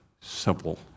simple